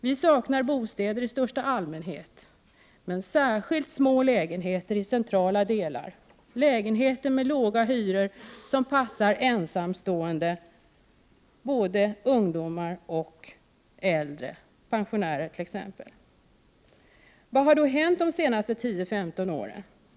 Vi saknar bostäder i största allmänhet — men särskilt små lägenheter i centrala delar, lägenheter med låga hyror som passar ensamstående — både ungdomar och äldre, t.ex. pensionärer. Vad har då hänt de senaste 10-15 åren?